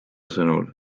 sõnul